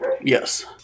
Yes